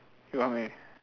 you how many